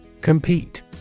Compete